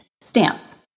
stance